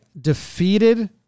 defeated